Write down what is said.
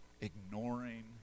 ignoring